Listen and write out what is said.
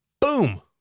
Boom